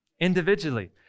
individually